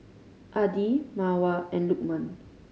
Adi Mawar and Lukman